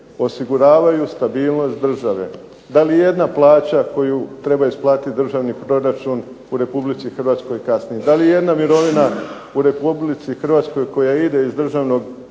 osiguravaju stabilnost države. Da li jedna plaća koju treba isplatiti državni proračun kasni? Da li ijedna mirovina u Republici Hrvatskoj koja ide iz državnog